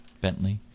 Bentley